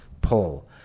pull